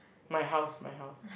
my house my house